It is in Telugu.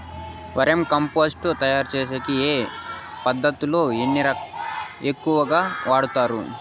వర్మి కంపోస్టు తయారుచేసేకి ఏ పదార్థాలు ఎక్కువగా వాడుతారు